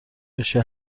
بشه